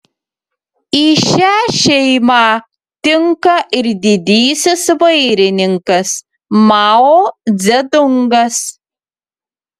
į šią šeimą tinka ir didysis vairininkas mao dzedungas